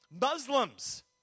Muslims